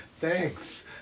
thanks